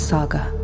Saga